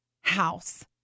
house